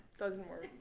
doesn't work.